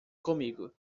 comigo